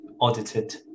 audited